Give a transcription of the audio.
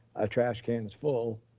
ah trash cans full,